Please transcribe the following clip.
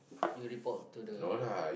you report to the